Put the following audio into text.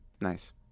Nice